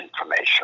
information